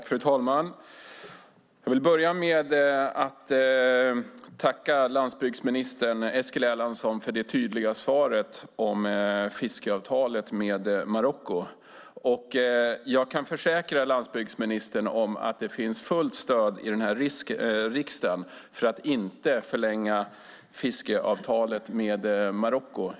Fru talman! Jag vill börja med att tacka landsbygdsminister Eskil Erlandsson för det tydliga svaret om fiskeavtalet med Marocko. Och jag kan försäkra landsbygdsministern att det finns fullt stöd i den här riksdagen för att inte förlänga fiskeavtalet med Marocko.